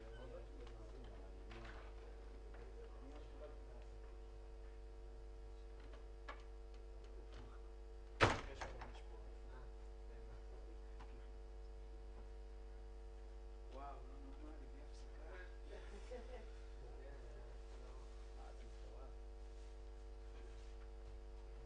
הישיבה ננעלה בשעה 14:30.